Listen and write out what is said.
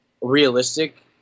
realistic